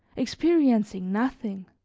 experiencing nothing,